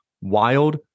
WILD